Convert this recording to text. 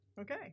Okay